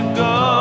go